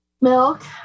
milk